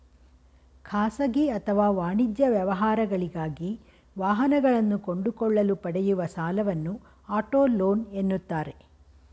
ಖಾಸಗಿ ಅಥವಾ ವಾಣಿಜ್ಯ ವ್ಯವಹಾರಗಳಿಗಾಗಿ ವಾಹನಗಳನ್ನು ಕೊಂಡುಕೊಳ್ಳಲು ಪಡೆಯುವ ಸಾಲವನ್ನು ಆಟೋ ಲೋನ್ ಎನ್ನುತ್ತಾರೆ